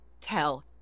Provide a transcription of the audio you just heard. tell